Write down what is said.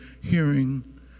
hearing